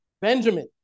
Benjamin